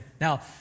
Now